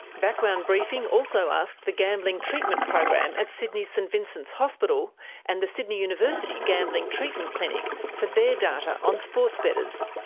background briefing also asked the gambling treatment program at sydney's st vincent's hospital and the sydney university gambling treatment clinic for their data on sports betters.